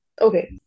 Okay